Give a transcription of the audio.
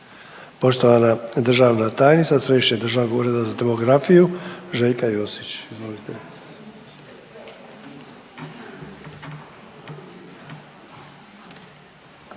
Poštovana državna tajnica Središnjeg državnog ureda za demografiju Željka Josić,